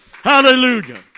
Hallelujah